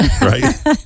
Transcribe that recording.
right